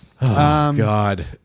God